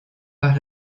par